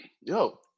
Yo